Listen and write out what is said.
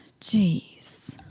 Jeez